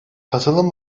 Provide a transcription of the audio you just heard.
katılım